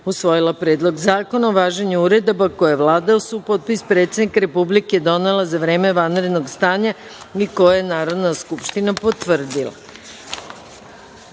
usvojila Predlog zakona o važenju uredaba koje je Vlada uz supotpis predsednika Republike donela za vreme vanrednog stanja i koje je Narodna skupština potvrdila. Narodni